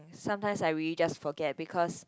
sometimes I really just forget because